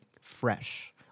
fresh